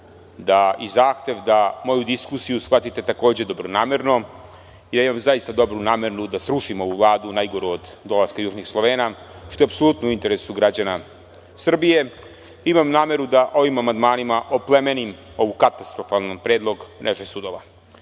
da i zahtev da moju diskusiju shvatite takođe dobronamerno. Zaista imam dobru nameru da srušim ovu Vladu, najgoru od dolaska Južnih Slovena, što je u apsolutnom interesu građana Srbije. Imam nameru da ovim amandmanima oplemenim ovu katastrofalni predlog mreže sudova. Prvo